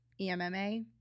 E-M-M-A